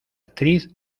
actriz